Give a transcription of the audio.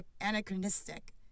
anachronistic